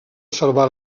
salvar